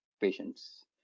patients